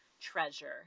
treasure